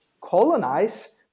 colonize